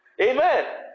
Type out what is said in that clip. Amen